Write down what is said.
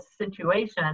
situation